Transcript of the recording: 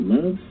Love